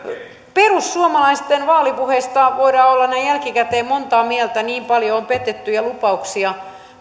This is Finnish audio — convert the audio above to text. perussuomalaisten vaalipuheista voidaan olla näin jälkikäteen monta mieltä niin paljon on petettyjä lupauksia